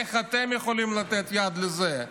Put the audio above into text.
איך אתם יכולים לתת יד לזה?